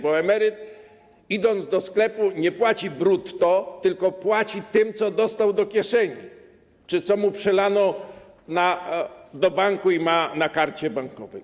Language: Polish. Bo emeryt, idąc do sklepu, nie płaci brutto, tylko płaci tym, co dostał do kieszeni, czy tym, co mu przelano do banku i co ma na karcie bankowej.